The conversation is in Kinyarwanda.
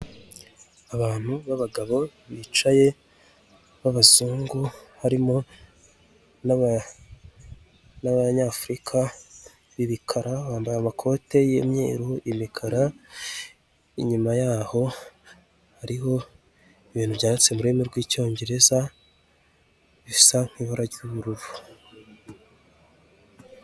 Abantu b'abagabo bicaye b'abazungu, harimo n'abanyafurika b'ibikara bambaye amakote y'imyeru, imikara, inyuma yaho hariho ibintu byanditse mu rurimi rw'icyongereza, bisa nk'ibara ry'ubururu.